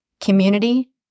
community